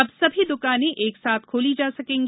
अब सभी दुकाने एक साथ खोली जा सकेगी